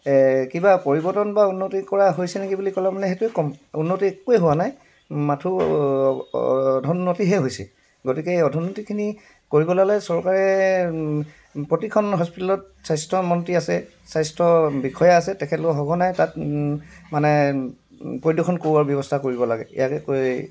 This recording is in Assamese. এই কিবা পৰিৱৰ্তন বা উন্নতি কৰা হৈছে নেকি বুলি ক'লে মানে সেইটোৱে ক'ম উন্নতি একোৱেই হোৱা নাই মাথো অধুন্নতিহে হৈছে গতিকে এই অধুন্নতিখিনি কৰিবলে হ'লে চৰকাৰে প্ৰতিখন হস্পিটেলত স্বাস্থ্যমন্ত্ৰী আছে স্বাস্থ্যবিষয়া আছে তেখেতলোকক সঘনাই তাত মানে পৰিদৰ্শন কৰোৱাৰ ব্যৱস্থা কৰিব লাগে ইয়াকে কৈ